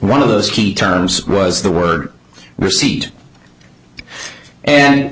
one of those key terms was the word receipt and